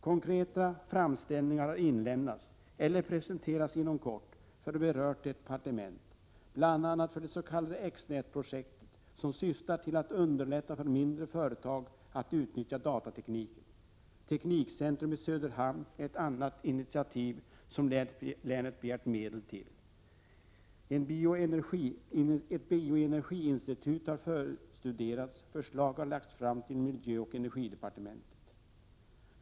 Konkreta framställningar har inlämnats, eller skall inom kort inlämnas, till berört departement, bl.a. för det s.k. X-nätprojektet som syftar till att underlätta för mindre företag att utnyttja datatekniken. Teknikcentrum i Söderhamn är ett annat initiativ som länet begärt medel till. Ett bioenergiinstitut har förstuderats. Förslag har lagts fram till miljöoch energidepartementet.